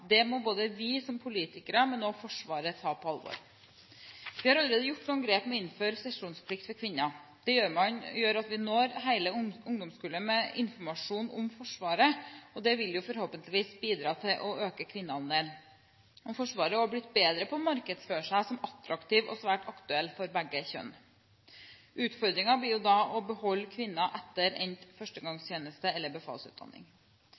Det må både vi som politikere og Forsvaret ta på alvor. Vi har allerede gjort noen grep ved å innføre sesjonsplikt for kvinner. Det gjør at vi når hele ungdomskullet med informasjon om Forsvaret, og det vil forhåpentligvis bidra til å øke kvinneandelen. Forsvaret har blitt bedre til å markedsføre seg som attraktivt og svært aktuelt for begge kjønn. Utfordringen blir da å beholde kvinnene etter endt førstegangstjeneste eller befalsutdanning.